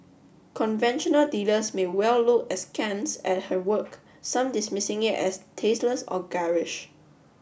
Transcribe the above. conventional dealers may well look askance at her work some dismissing it as tasteless or garish